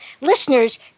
Listeners